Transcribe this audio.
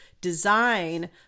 design